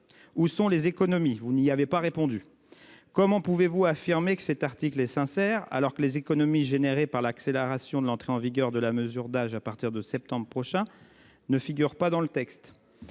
Où sont les économies. Vous n'y avait pas répondu. Comment pouvez-vous affirmer que cet article est sincère. Alors que les économies générées par l'accélération de l'entrée en vigueur de la mesure d'âge à partir de septembre prochain ne figure pas dans le texte.